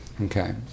Okay